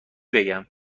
بگم